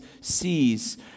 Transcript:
sees